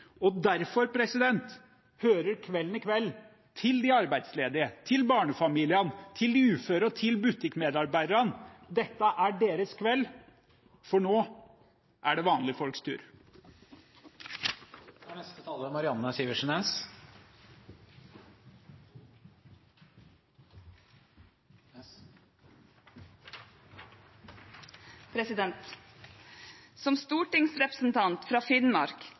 Derfor tilhører kvelden i kveld de arbeidsledige, barnefamiliene, de uføre og butikkmedarbeiderne. Dette er deres kveld – for nå er det vanlige folks tur. Som stortingsrepresentant fra Finnmark vil jeg rette oppmerksomheten mot nettopp Finnmark.